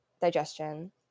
digestion